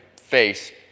face